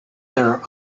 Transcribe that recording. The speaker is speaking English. there